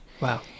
Wow